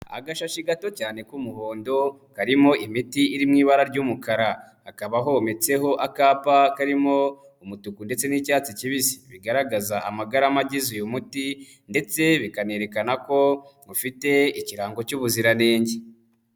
Agashashi gato cyane k'umuhondo karimo imiti iri mu ibara ry'umukara. Hakaba hometseho akapa karimo umutuku ndetse n'icyatsi kibisi, bigaragaza amagarama agize uyu muti ndetse bikanerekana ko ufite ikirango cy'ubuziranenge.